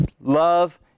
love